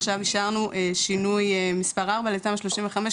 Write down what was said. עכשיו אישרנו שינוי מספר 4 לתמ"א 35,